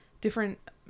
different